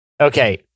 Okay